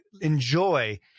enjoy